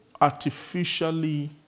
artificially